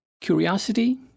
curiosity